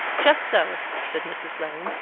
just so, said mrs. lane.